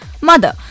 mother